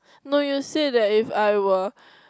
no you say that if I were